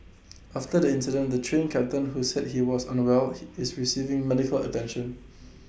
after the incident the Train Captain who said he was on A well he is receiving medical attention